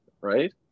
right